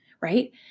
Right